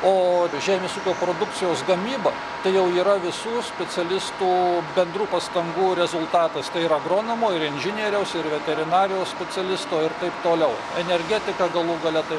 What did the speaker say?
o žemės ūkio produkcijos gamyba tai jau yra visų specialistų bendrų pastangų rezultatas ir agronomo ir inžinieriaus ir veterinarijos specialisto ir taip toliau energetika galų gale tai